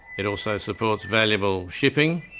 it also supports valuable shipping,